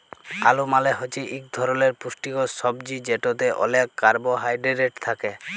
আলু মালে হছে ইক ধরলের পুষ্টিকর ছবজি যেটতে অলেক কারবোহায়ডেরেট থ্যাকে